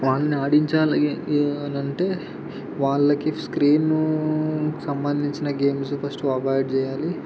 వాళ్ళని ఆడించాలి అనంటే వాళ్ళకి స్క్రీను సంబంధించిన గేమ్స్ ఫస్టు అవైడ్ చేయాలి